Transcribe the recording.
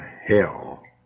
hell